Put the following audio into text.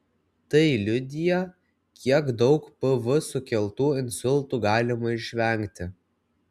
tai liudija kiek daug pv sukeltų insultų galima išvengti